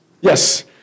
Yes